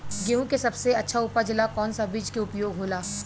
गेहूँ के सबसे अच्छा उपज ला कौन सा बिज के उपयोग होला?